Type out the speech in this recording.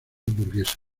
burguesa